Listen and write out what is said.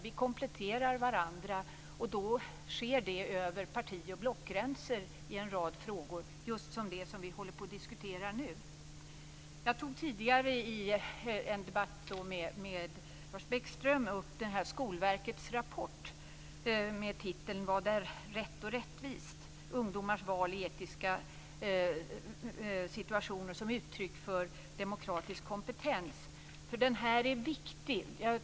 Vi kompletterar varandra, och då sker det över parti och blockgränser i en rad frågor, precis som i fråga om det som vi diskuterar nu. Jag tog tidigare i en debatt med Lars Bäckström upp Skolverkets rapport med titeln Vad är rätt och rättvist, om ungdomars val i etiska situationer som uttryck för demokratisk kompetens. Den är viktig.